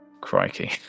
Crikey